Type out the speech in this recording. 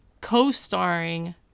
co-starring